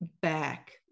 back